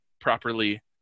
properly